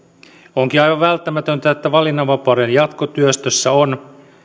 onkin aivan välttämätöntä että valinnanvapauden jatkotyöstössä on